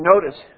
notice